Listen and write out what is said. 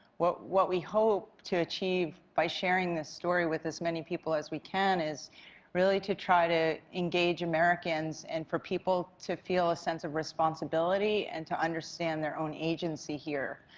what what we hope to achieve by sharing this story with as many people as we can is really to try to engage americans and for people to feel a sense of responsibility and to understand their own agency here.